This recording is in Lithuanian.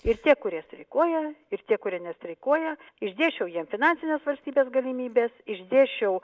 ir tie kurie streikuoja ir tie kurie nestreikuoja išdėsčiau jiem finansines valstybės galimybes išdėsčiau